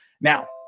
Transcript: Now